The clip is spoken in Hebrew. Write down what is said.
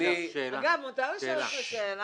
מותר לשאול שאלה?